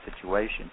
situation